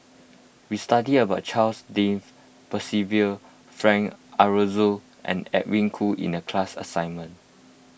we studied about Charles Dyce Percival Frank Aroozoo and Edwin Koo in the class assignment